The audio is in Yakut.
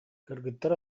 кыргыттар